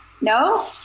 No